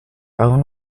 own